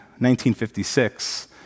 1956